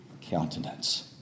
countenance